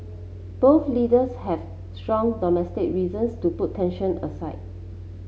both leaders have strong domestic reasons to put tension aside